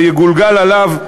זה יגולגל עליו,